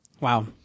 Wow